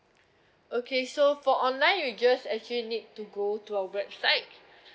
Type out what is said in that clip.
okay so for online you just actually need to go to our website